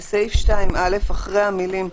11. בסעיף 2(א), במקום: